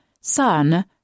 son